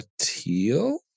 teal